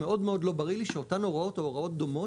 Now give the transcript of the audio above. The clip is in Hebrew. מאוד לא בריא לי שאותן הוראות או הוראות דומות